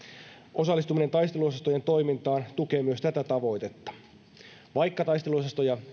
osallistuminen taisteluosastojen toimintaan tukee myös tätä tavoitetta vaikka taisteluosastoja